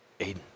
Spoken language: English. aiden